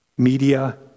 Media